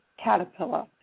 caterpillar